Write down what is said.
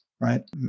right